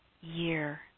year